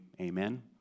amen